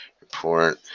report